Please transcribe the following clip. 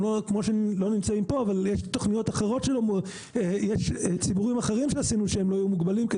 הם לא נמצאים פה אבל יש ציבורים אחרים שעשינו שהם לא יהיו מוגבלים,